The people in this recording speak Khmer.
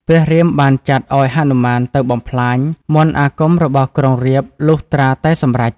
ព្រះរាមបានចាត់ឱ្យហនុមានទៅបំផ្លាញ មន្តអាគមរបស់ក្រុងរាពណ៍លុះត្រាតែសម្រេច។